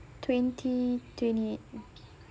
twenty twenty eight